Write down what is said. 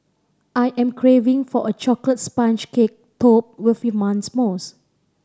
I am craving for a chocolate sponge cake topped with mousse